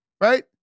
right